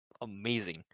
amazing